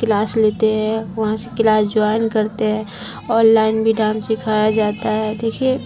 class لیتے ہیں وہاں سے کلاس جوائن کرتے ہیں آن لائن بھی ڈانس سکھایا جاتا ہے دیکھیے